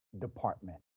department